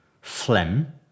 phlegm